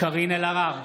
קארין אלהרר,